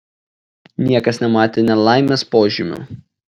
niekas nematė nelaimės požymių